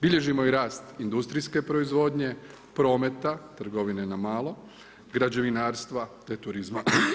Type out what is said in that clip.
Bilježimo i rast industrijske proizvodnje, prometa, trgovine na malo, građevinarstva te turizma.